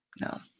no